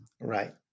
Right